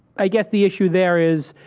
i guess the issue there is,